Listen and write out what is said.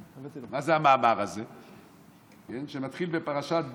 מה זה המאמר הזה שמתחיל בפרשת בהר,